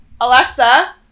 Alexa